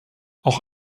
auch